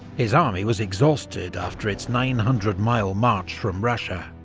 his army was exhausted after its nine hundred mile march from russia.